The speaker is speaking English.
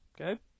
Okay